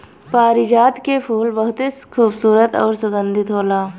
पारिजात के फूल बहुते खुबसूरत अउरी सुगंधित होला